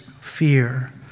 fear